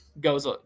goes